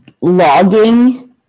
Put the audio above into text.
logging